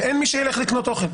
ואין מי שילך לקנות אוכל.